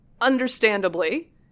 understandably